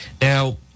Now